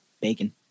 Bacon